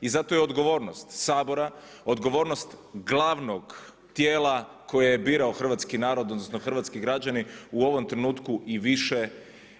I zato je odgovornost Sabora, odgovornost glavnog tijela koje je birao hrvatski narod, odnosno hrvatski građani u ovom trenutku i više